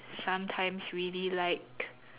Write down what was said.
sometimes really like